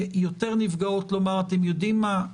ליותר נפגעות לומר: אתם יודעים מה,